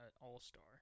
all-star